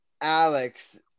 Alex